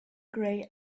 grey